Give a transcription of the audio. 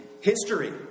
history